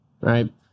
right